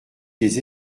des